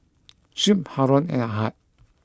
Shuib Haron and Ahad